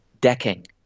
decking